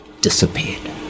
disappeared